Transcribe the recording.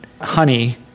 honey